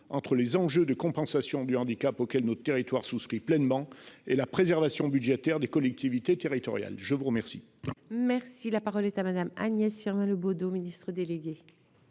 entre les enjeux de compensation du handicap auxquels notre territoire souscrit pleinement et la préservation budgétaire des collectivités territoriales. La parole